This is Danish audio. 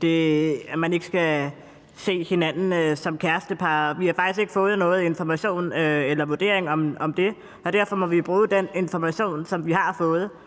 sige, at man ikke skal se hinanden som kærestepar. Vi har faktisk ikke fået nogen information om det eller nogen vurdering af det. Derfor må vi bruge den information, som vi har fået.